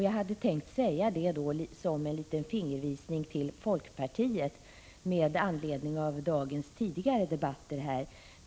Jag säger detta som en fingervisning till folkpartiet med anledning av dagens tidigare debatter här.